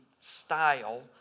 style